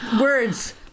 words